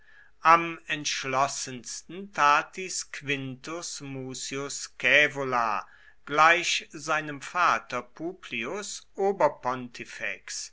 am entschlossensten tat dies quintus mucius scaevola gleich seinem vater